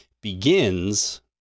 begins